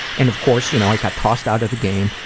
and of course, you know, i got tossed out of the game.